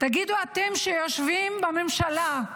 תגידו אתם, שיושבים בממשלה,